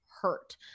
hurt